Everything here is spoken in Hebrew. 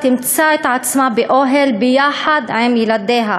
תמצא את עצמה באוהל ביחד עם ילדיה,